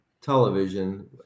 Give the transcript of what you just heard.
television